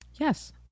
yes